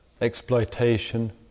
exploitation